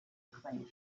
acclaim